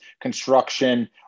construction